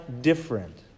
different